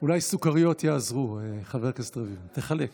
אולי סוכריות יעזרו, חבר הכנסת רביבו, תחלק קצת.